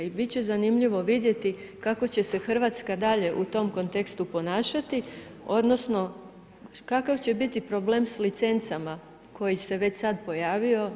I biti će zanimljivo vidjeti, kako će se Hrvatska dalje, u tom kontekstu ponašati, odnosno, kakav će biti problem s licencama, koji se već sada pojavio.